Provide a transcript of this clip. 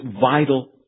vital